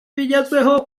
ibigezweho